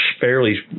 fairly